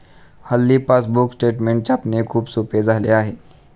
हल्ली passbook statement छापणे खूप सोपे झाले आहे